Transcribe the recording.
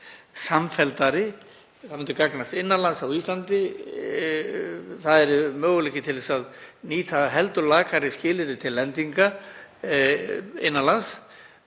samfelldari. Það myndi gagnast innan lands á Íslandi. Það er möguleiki til að nýta heldur lakari skilyrði til lendinga innan lands.